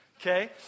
okay